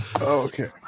Okay